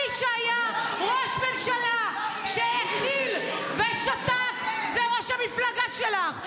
מי שהיה ראש ממשלה שהכיל ושתק זה ראש המפלגה שלך.